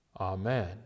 Amen